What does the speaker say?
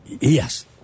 Yes